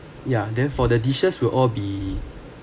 ya then for the dishes will all be